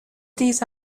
these